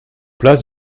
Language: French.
place